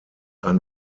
ein